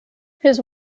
his